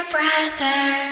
brother